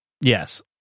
Yes